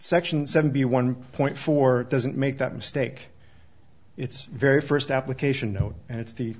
section seventy one point four doesn't make that mistake it's very first application no and it's the